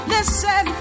Listen